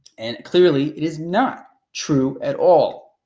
and clearly it is not true at all.